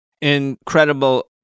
Incredible